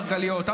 מרגליות,